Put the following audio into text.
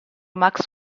max